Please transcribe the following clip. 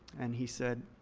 and he said,